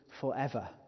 forever